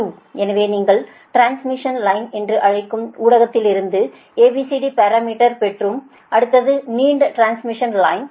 எனவே நீங்கள் transmission line என்று அழைக்கும் ஊடகத்திலிருந்து ABCD பாரமீட்டர்ஸ் பெற்றோம் அடுத்தது அந்த நீண்ட டிரான்ஸ்மிஷன் லைன்